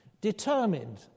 determined